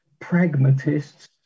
pragmatists